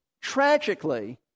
tragically